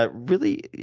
but really,